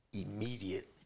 immediate